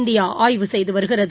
India ஆய்வு செய்து வருகிறது